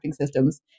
systems